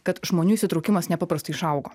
kad žmonių įsitraukimas nepaprastai išaugo